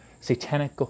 satanic